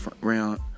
Round